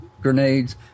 grenades